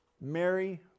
Mary